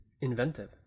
inventive